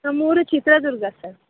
ನಮ್ಮೂರು ಚಿತ್ರದುರ್ಗ ಸರ್